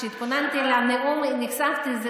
כשהתכוננתי לנאום נחשפתי לזה.